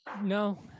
No